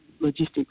logistics